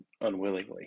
unwillingly